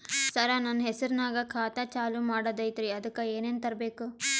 ಸರ, ನನ್ನ ಹೆಸರ್ನಾಗ ಖಾತಾ ಚಾಲು ಮಾಡದೈತ್ರೀ ಅದಕ ಏನನ ತರಬೇಕ?